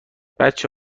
بچه